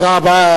תודה רבה.